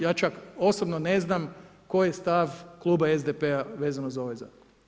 Ja čak osobno ne znam koji je stav kluba SDP-a vezano za ovaj zakon.